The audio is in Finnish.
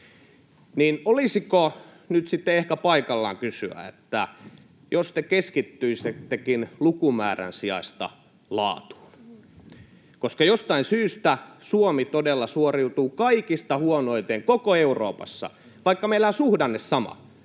niin olisiko nyt sitten ehkä paikallaan kysyä, että jos keskittyisittekin lukumäärän sijasta laatuun? Jostain syystä Suomi todella suoriutuu kaikista huonoiten koko Euroopassa, vaikka meillä on suhdanne sama.